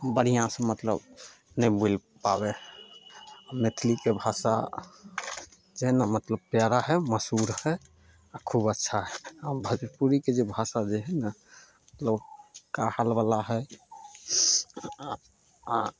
बढ़िआँसँ मतलब नहि बोलि पाबय हइ मैथिलीके भाषा छै ने मतलब प्यारा हइ मशहूर हइ आओर खूब अच्छा हइ भजपुरीके जे भाषा जे हइ ने मतलब का हालवला हइ आओर आ